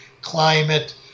climate